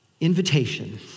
invitation